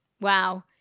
Wow